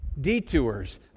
detours